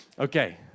Okay